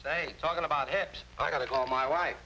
say talking about it i got it all my wife